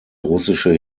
russische